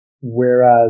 Whereas